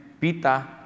Pita